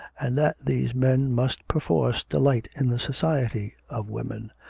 and that these men must perforce delight in the society of women.